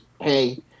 hey